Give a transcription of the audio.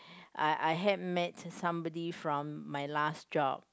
I I had met somebody from my last job